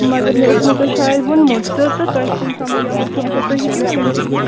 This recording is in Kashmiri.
مگر مےٚ اوسمو تۄہہِ شایَد ووٚنمُت تہٕ تہٕ تۄہہِ چھُنہٕ سَمٕجھ آمُت کیٚنٛہہ اَچھا تُہۍ ہیٚکِو مےٚ ؤنِتھ یہِ کُس